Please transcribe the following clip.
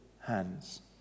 hands